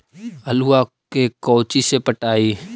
आलुआ के कोचि से पटाइए?